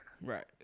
Right